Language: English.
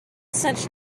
such